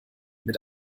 mit